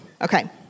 Okay